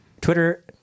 Twitter